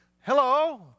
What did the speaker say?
Hello